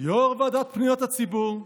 יו"ר ועדת פניות הציבור,